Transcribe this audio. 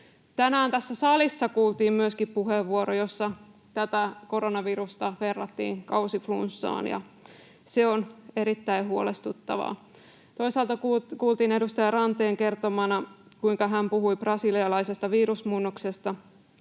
Tänään tässä salissa kuultiin myöskin puheenvuoro, jossa tätä koronavirusta verrattiin kausiflunssaan, ja se on erittäin huolestuttavaa. Toisaalta kuultiin edustaja Ranteen kertomana, kuinka hän puhui brasilialaisesta virusmuunnoksesta,